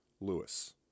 Lewis